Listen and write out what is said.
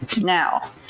Now